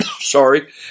sorry